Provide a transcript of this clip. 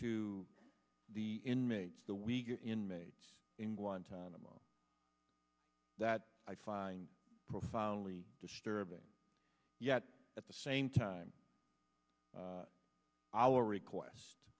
to the inmates the weaker inmates in guantanamo that i find profoundly disturbing yet at the same time i will request